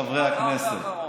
חברי הכנסת,